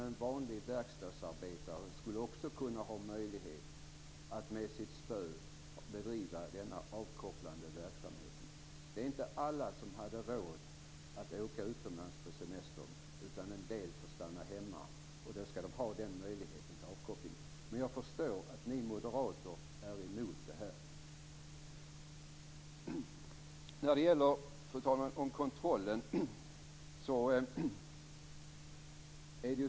En vanlig verkstadsarbetare skulle också kunna ha möjlighet att bedriva denna avkopplande verksamhet med sitt spö. Det är inte alla som hade råd att åka utomlands på semestern. En del får stanna hemma, och då skall de ha den här möjligheten till avkoppling. Jag förstår att ni moderater är emot detta. Fru talman!